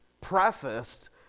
prefaced